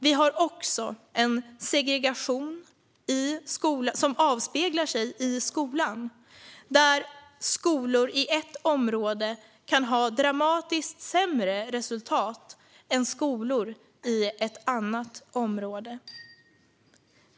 Vi har också en segregation som avspeglar sig i skolan. Skolor i ett område kan ha dramatiskt sämre resultat än skolor i ett annat område.